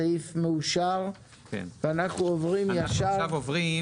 אנחנו עכשיו עוברים